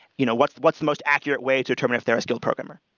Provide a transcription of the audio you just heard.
you know what's what's the most accurate way to determine if they are still a programmer?